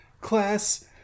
class